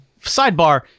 sidebar